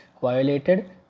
violated